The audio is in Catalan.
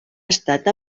estat